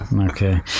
Okay